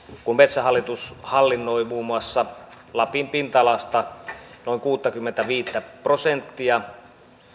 kun metsähallitus hallinnoi muun muassa lapin pinta alasta noin kuuttakymmentäviittä prosenttia